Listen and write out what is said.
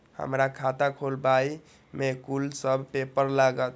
हमरा खाता खोलाबई में कुन सब पेपर लागत?